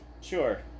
Sure